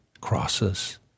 crosses